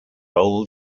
old